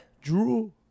Drew